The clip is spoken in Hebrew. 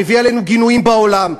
שמביא עלינו גינויים בעולם,